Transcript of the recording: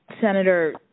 Senator